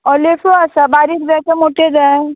लेफो आसा बारीक जाय काय मोट्यो जाय